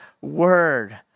Word